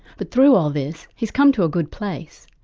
but through all this he's come to a good place.